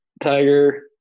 Tiger